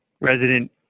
resident